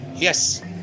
Yes